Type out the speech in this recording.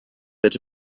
that